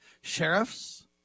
sheriffs